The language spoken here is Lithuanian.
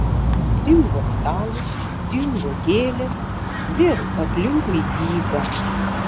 dingo stalas dingo gėlės vėl aplinkui dyka